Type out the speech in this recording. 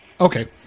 okay